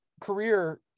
career